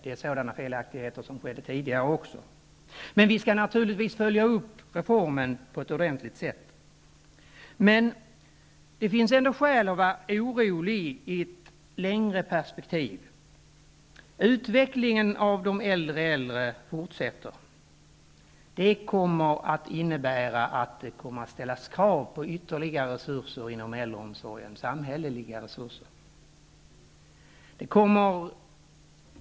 Det är felaktigheter som funnits också tidigare. Men vi skall naturligtvis följa upp reformen på ett ordentligt sätt. Det finns ändå skäl att vara orolig i ett längre perspektiv. Utvecklingen att äldre blir ännu äldre fortsätter, och det innebär att det kommer att ställas krav på ytterligare samhälleliga resurser inom äldreomsorgen.